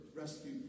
rescue